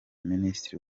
minisitiri